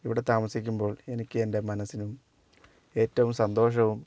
ഇവിടെ താമസിക്കുമ്പോൾ എനിക്ക് എൻ്റെ മനസ്സിനും ഏറ്റവും സന്തോഷവും